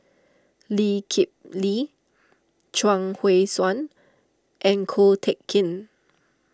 Lee Kip Lee Chuang Hui Tsuan and Ko Teck Kin